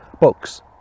books